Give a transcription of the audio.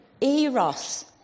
eros